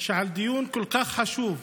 שעל דיון כל כך חשוב,